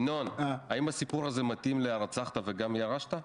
ינון, האם הסיפור הזה מתאים ל"הרצחת וגם ירשת"?